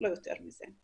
לא יותר מזה.